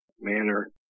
manner